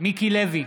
מיקי לוי,